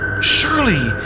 Surely